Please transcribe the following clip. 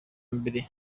mbere